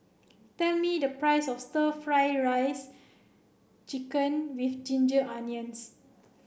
tell me the price of stir fry rice chicken with ginger onions